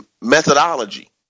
methodology